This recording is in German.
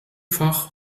fach